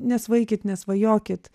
nesvaikit nesvajokit